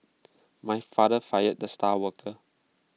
my father fired the star worker